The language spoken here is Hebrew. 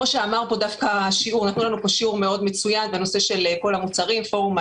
פורום האידוי נתן לנו שיעור מצוין לגבי כל המוצרים.